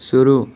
शुरू